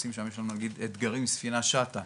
יש לנו למשל אתגרים ספינה שטה,